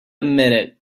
minute